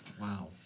Wow